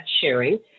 sharing